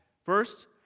First